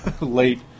late